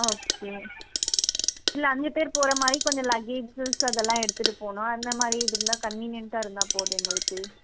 okay இல்லை அஞ்சு பேர் போகிற மாதிரி கொஞ்சம் லக்கேஜ் திங்க்ஸ் அதெல்லாம் எடுத்துகிட்டு போகணும் அந்த மாதிரி இதில் கன்வீனியண்டாக இருந்தால் போதும் எங்களுக்கு